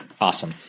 Awesome